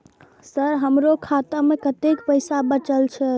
Sir हमरो खाता में कतेक पैसा बचल छे?